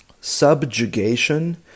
Subjugation